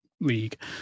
League